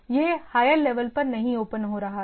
यह higher layer पर नहीं ओपन हो रहा है